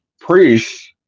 priests